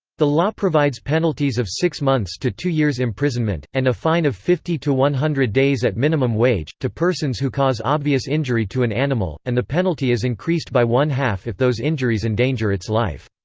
the law provides penalties of six months to two years imprisonment, and a fine of fifty to one hundred days at minimum wage, to persons who cause obvious injury to an animal, and the penalty is increased by one half if those injuries endanger its life.